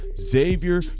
Xavier